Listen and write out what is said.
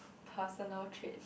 personal trait